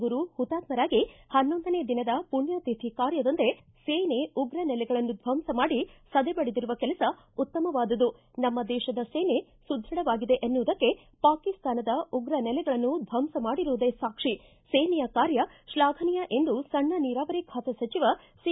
ಗುರು ಹುತಾತ್ಕರಾಗಿ ಹನ್ನೊಂದನೇ ದಿನದ ಪುಣ್ಣತಿಥಿ ಕಾರ್ಯದಂದೇ ಸೇನೆ ಉಗ್ರ ನೆಲೆಗಳನ್ನು ಧ್ವಂಸ ಮಾಡಿ ಸೆದೆಬಡಿದಿರುವ ಕೆಲಸ ಉತ್ತಮವಾದುದು ನಮ್ನ ದೇಶದ ಸೇನೆ ಸುಧ್ವಡವಾಗಿದೆ ಎನ್ನುವುದಕ್ಕೆ ಪಾಕಿಸ್ತಾನದ ಉಗ್ರ ನೆಲೆಗಳನ್ನು ದ್ದಂಸ ಮಾಡಿರುವುದೇ ಸಾಕ್ಷಿ ಸೇನೆಯ ಕಾರ್ಯ ಶ್ಲಾಘನೀಯ ಎಂದು ಸಣ್ಣ ನೀರಾವರಿ ಖಾತೆ ಸಚಿವ ಿ